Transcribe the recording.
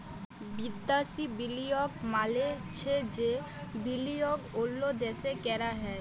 বিদ্যাসি বিলিয়গ মালে চ্ছে যে বিলিয়গ অল্য দ্যাশে ক্যরা হ্যয়